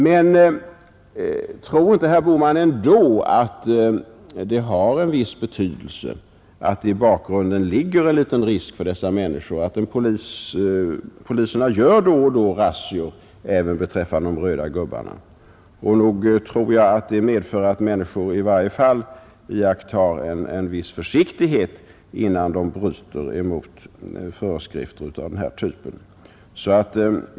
Men tror inte herr Bohman ändå att det har en viss betydelse att det i bakgrunden ligger en liten risk för dessa människor att poliserna då och då gör razzior även beträffande de röda gubbarna? Nog tror jag att det medför att människor i varje fall iakttar en viss försiktighet innan de bryter mot föreskrifter av denna typ.